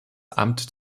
amt